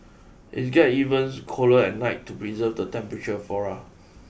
it get evens colder at night to preserve the temperature flora